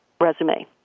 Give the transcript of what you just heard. resume